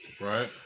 Right